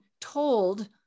told